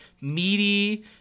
meaty